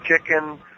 chicken